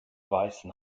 weißen